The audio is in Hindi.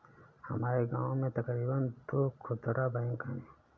हमारे गांव में तकरीबन दो खुदरा बैंक है